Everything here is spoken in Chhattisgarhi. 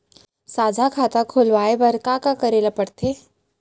साझा खाता खोलवाये बर का का करे ल पढ़थे?